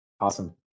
awesome